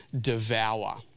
devour